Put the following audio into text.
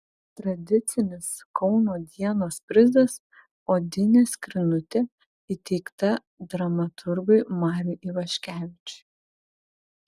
tradicinis kauno dienos prizas odinė skrynutė įteikta dramaturgui mariui ivaškevičiui